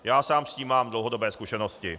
Já sám s tím mám dlouhodobé zkušenosti.